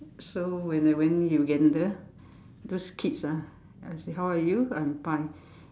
so when I went Uganda those kids ah I say how are you I'm fine